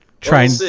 trying